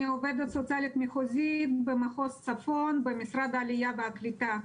אני עובדת סוציאלית מחוזית במחוז צפון במשרד העלייה והקליטה.